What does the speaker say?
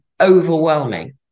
overwhelming